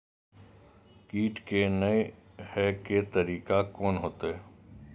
कीट के ने हे के तरीका कोन होते?